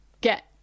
get